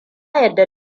yadda